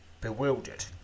bewildered